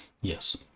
Yes